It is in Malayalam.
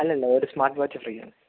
അല്ലല്ല ഒരു സ്മാർട്ട് വാച്ച് ഫ്രീ ആണ്